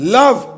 love